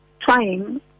trying